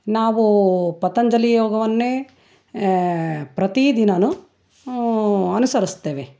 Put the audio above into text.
ನಾವೂ ಪತಂಜಲಿ ಯೋಗವನ್ನೇ ಪ್ರತಿ ದಿನನೂ ಅನುಸರಿಸ್ತೇವೆ